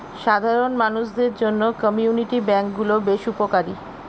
সাধারণ মানুষদের জন্য কমিউনিটি ব্যাঙ্ক গুলো বেশ উপকারী